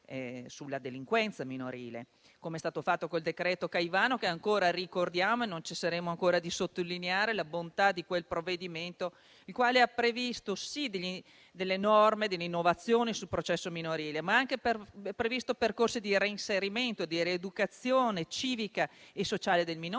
sulla delinquenza minorile, come è stato fatto con il decreto Caivano, che ancora ricordiamo. Non cesseremo mai di sottolineare la bontà di quel provvedimento, il quale ha previsto delle norme e delle innovazioni sul processo minorile, ma ha anche percorsi di reinserimento e di rieducazione civica e sociale del minore.